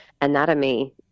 anatomy